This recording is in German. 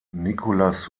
nicholas